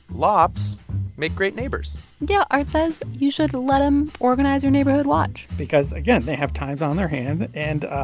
lops make great neighbors yeah. art says you should let them organize your neighborhood watch because, again, they have times on their hand. hand. and, ah